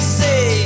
say